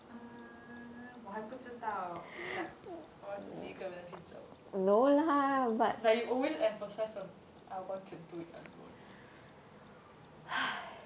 err 我还不知道 but 我要自己一个人去走 but you always emphasise on I want to do it alone